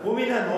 הוא מינה.